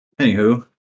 anywho